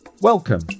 Welcome